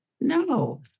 no